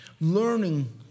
Learning